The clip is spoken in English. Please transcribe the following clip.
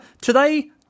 today